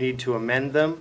need to amend them